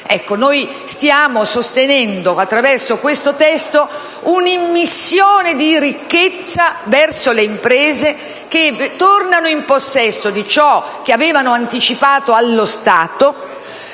Noi stiamo sostenendo, attraverso questo testo, un'immissione di ricchezza verso le imprese, che tornano in possesso di ciò che avevano anticipato allo Stato,